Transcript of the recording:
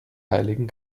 heiligen